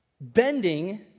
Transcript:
bending